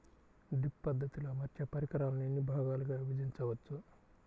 Drip పద్ధతిలో అమర్చే పరికరాలను ఎన్ని భాగాలుగా విభజించవచ్చు?